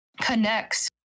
connects